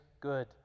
good